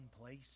place